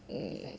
mm